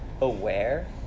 Aware